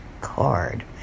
card